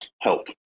help